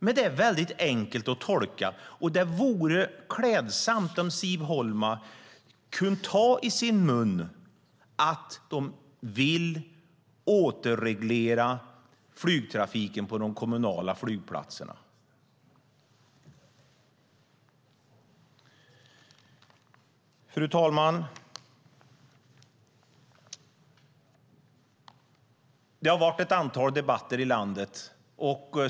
Det är dock väldigt enkelt att tolka, och det vore klädsamt om Siv Holma kunde ta i sin mun att de vill återreglera flygtrafiken på de kommunala flygplatserna. Fru talman! Det har varit ett antal debatter i landet.